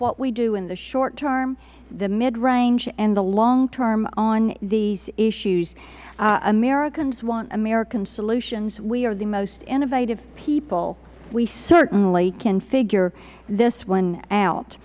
what we do in the short term the mid range and the long term on these issues americans want american solutions we are the most innovative people we certainly can figure this one out